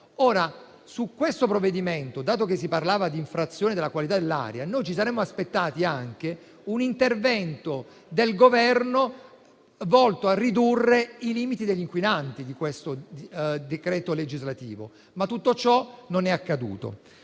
Su questo provvedimento, dato che si parlava di infrazione della qualità dell'aria, ci saremmo aspettati anche un intervento del Governo volto a ridurre i limiti degli inquinanti del suddetto decreto legislativo, ma tutto ciò non è accaduto.